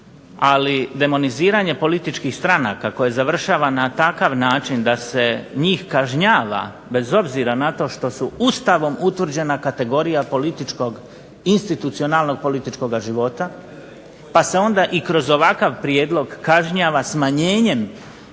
ali demoniziranje političkih stranaka koje završava na takav način da se njih kažnjava, bez obzira na to što su Ustavom utvrđena kategorija političkog institucionalnog političkoga života, pa se onda i kroz ovakav prijedlog kažnjava smanjenjem